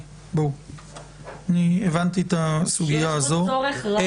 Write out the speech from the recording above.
חברים, הבנתי את הסוגיה הזאת.